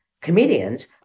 Comedians